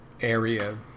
area